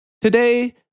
Today